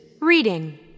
reading